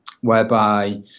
whereby